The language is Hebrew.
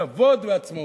כבוד ועצמאות.